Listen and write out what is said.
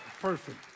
perfect